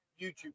YouTube